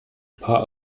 paar